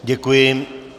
Děkuji.